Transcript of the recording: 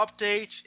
updates